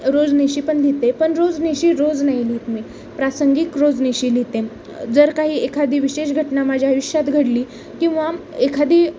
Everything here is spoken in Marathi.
रोजनिशी पण लिहिते पण रोजनीशी रोज नाही लिइत मी प्रासंगिक रोजनिशी लिहिते जर काही एखादी विशेष घटना माझ्या आयुष्यात घडली किंवा एखादी